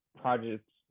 projects